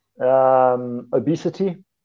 Obesity